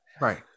Right